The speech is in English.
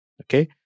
Okay